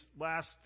last